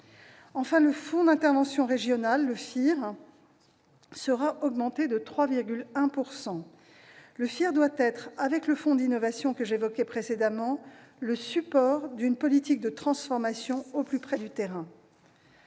Enfin, le Fonds d'intervention régional, le FIR, sera augmenté de 3,1 %. Il doit être, avec le fonds d'innovation que j'évoquais précédemment, le support d'une politique de transformation au plus près du terrain.